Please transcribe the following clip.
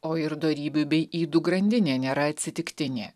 o ir dorybių bei ydų grandinė nėra atsitiktinė